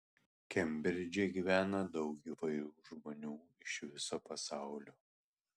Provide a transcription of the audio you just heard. kembridže gyvena daug įvairių žmonių iš viso pasaulio